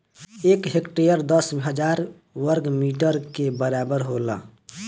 एक हेक्टेयर दस हजार वर्ग मीटर के बराबर होला